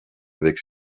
avec